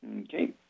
Okay